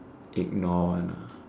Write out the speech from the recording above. ignore one ah